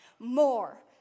more